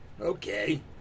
Okay